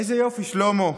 איזה יופי, שלמה.